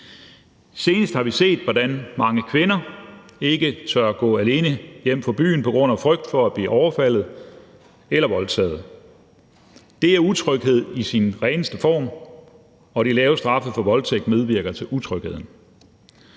Senest har vi set, hvordan mange kvinder ikke tør gå alene hjem om aftenen på grund af frygt for at blive overfaldet eller voldtaget. Det er utryghed i sin reneste form, og de lave straffe for voldtægt medvirker til utrygheden.